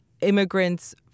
immigrants